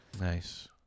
Nice